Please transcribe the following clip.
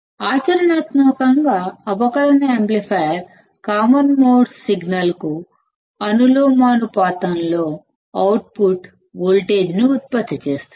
ఆచరణాత్మకంగా అవకలన amplifier common mode సిగ్నల్కు ప్రపోర్షనల్ గా అవుట్పుట్ వోల్టేజ్ను ఉత్పత్తి చేస్తుంది